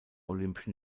olympischen